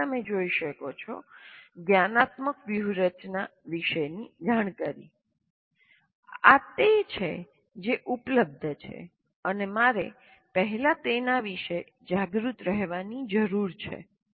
જેમ તમે જોઈ શકો છો જ્ઞાનાત્મક વ્યૂહરચના વિશે જાણકારી આ તે છે જે ઉપલબ્ધ છે અને મારે પહેલા તેના વિશે જાગૃત રહેવાની જરૂર છે